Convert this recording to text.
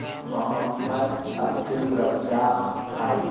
محمد عبدالرزاق بھائی